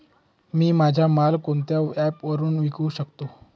मी माझा माल कोणत्या ॲप वरुन विकू शकतो?